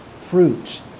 fruits